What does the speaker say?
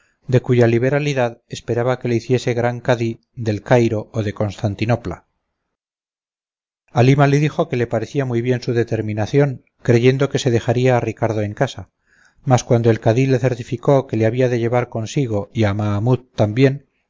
de cuya liberalidad esperaba que le hiciese gran cadí del cairo o de constantinopla halima le dijo que le parecía muy bien su determinación creyendo que se dejaría a ricardo en casa mas cuando el cadí le certificó que le había de llevar consigo y a mahamut también